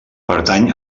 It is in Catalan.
pertany